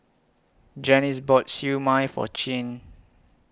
Janice bought Siew Mai For Chin